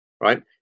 right